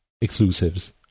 exclusives